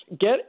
Get